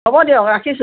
হ'ব দিয়ক ৰাখিছোঁ